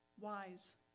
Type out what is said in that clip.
Wise